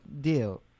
deal